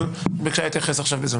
אבל היא כעת תתייחס.